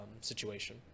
situation